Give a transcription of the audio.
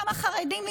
גם החרדים,